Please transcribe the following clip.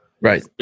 Right